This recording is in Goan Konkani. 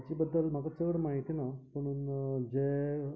ताचे बद्दल म्हाका चड म्हायती ना पूण जें